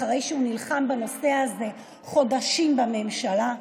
אחרי שהוא נלחם בנושא הזה חודשים בממשלה.